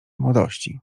młodości